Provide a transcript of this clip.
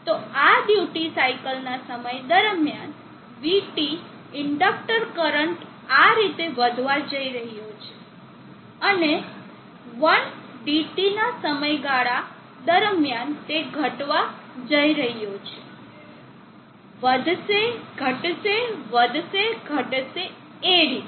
તો આ ડ્યુટી સાઇકલના સમય દરમિયાન vT ઇન્ડક્ટર કરંટ આ રીતે વધવા જઇ રહ્યો છે અને 1 DT ના સમયગાળા દરમિયાન તે ઘટવા જઈ રહ્યો છે વધશે ઘટશે વધશે ઘટશે એ રીતે